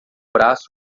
braço